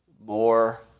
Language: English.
more